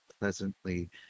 pleasantly